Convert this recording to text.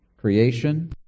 Creation